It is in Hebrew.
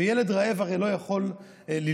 וילד רעב הרי לא יכול ללמוד,